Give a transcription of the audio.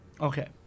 Okay